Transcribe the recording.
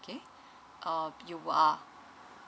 okay uh you are